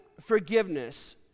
forgiveness